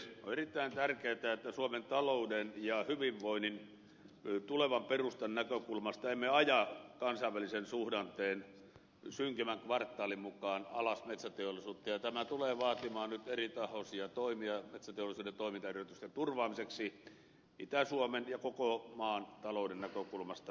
on erittäin tärkeätä että suomen talouden ja hyvinvoinnin tulevan perustan näkökulmasta emme aja kansainvälisen suhdanteen synkimmän kvartaalin mukaan alas metsäteollisuutta ja tämä tulee vaatimaan nyt eritahoisia toimia metsäteollisuuden toimintaedellytysten turvaamiseksi itä suomen ja koko maan talouden näkökulmasta